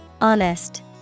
Honest